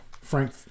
Frank